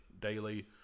daily